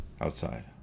outside